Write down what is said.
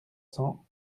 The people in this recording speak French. cents